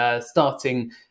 starting